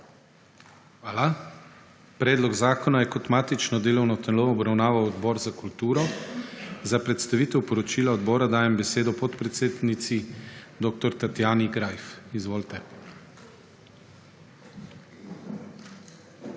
Hvala. Predlog zakona je kot matično delovno telo obravnaval Odbor za kulturo. Za predstavitev poročila odbora dajem besedo podpredsednici dr. Tatjani Greif. Izvolite. DR.